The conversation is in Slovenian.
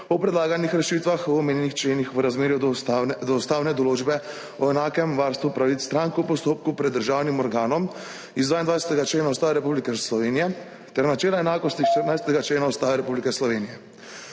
o predlaganih rešitvah v omenjenih členih v razmerju do ustavne določbe o enakem varstvu pravic strank v postopku pred državnim organom iz 22. člena Ustave Republike Slovenije ter načelom enakosti iz 14. člena Ustave Republike Slovenije.